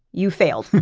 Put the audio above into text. you've failed.